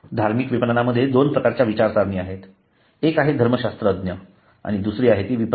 धार्मिक विपणनामध्ये दोन प्रकारच्या विचारसरणी आहेत एक आहे धर्मशास्त्रज्ञ आणि दुसरी ती विपणक